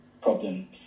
problem